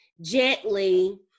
gently